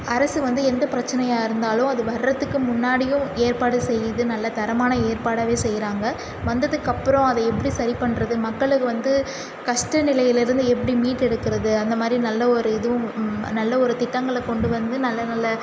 அரசு வந்து எந்தப் பிரச்சனையாக இருந்தாலும் அது வர்றத்துக்கு முன்னாடியும் ஏற்பாடு செய்யுது நல்ல தரமான ஏற்பாடாகவே செய்றாங்க வந்ததுக்கப்பறம் அதை எப்படி சரிப் பண்ணுறது மக்களை வந்து கஷ்ட நிலையிலருந்து எப்படி மீட்டெடுக்குறது அந்த மாதிரி நல்ல ஒரு இதுவும் நல்ல ஒரு திட்டங்களை கொண்டு வந்து நல்ல நல்ல